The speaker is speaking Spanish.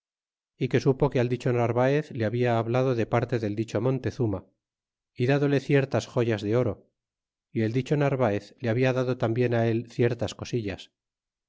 y que supo que al dicho narvaez le ha bia hablado de parte del dicho montezuma y ddole eiertas joyas de oro y el dicho narvaez le habla dado tambien él ciertas cosillas